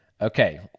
okay